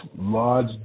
large